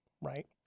right